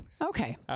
Okay